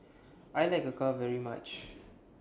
I like Acar very much